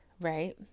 right